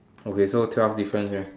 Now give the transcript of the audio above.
okay so twelve differences right